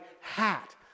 hat